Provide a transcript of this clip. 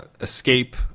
escape